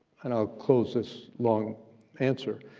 and i'll close this long answer,